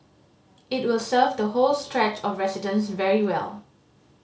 it will serve the whole stretch of residents very well